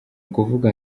ukuvuga